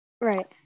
Right